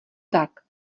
tak